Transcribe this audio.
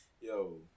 yo